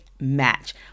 match